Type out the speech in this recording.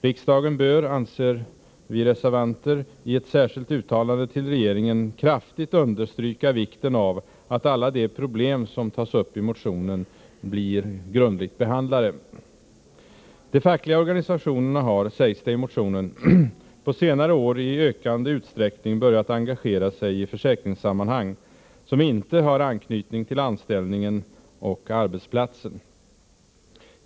Riksdagen bör, anser vi reservanter, i ett särskilt uttalande till regeringen kraftigt understryka vikten av att alla de problem som tas upp i motionen blir grundligt behandlade. De fackliga organisationerna har, sägs det i motionen, på senare år i ökande utsträckning börjat engagera sig i försäkringssammanhang som inte har anknytning till anställningen och arbetsplatsen.